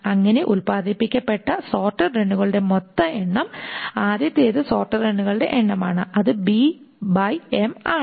അങ്ങനെ ഉത്പാദിപ്പിക്കപ്പെട്ട സോർട്ടഡ് റണ്ണുകളുടെ മൊത്തം എണ്ണം ആദ്യത്തേത് സോർട്ടഡ് റണ്ണുകളുടെ എണ്ണമാണ് അത് ആണ്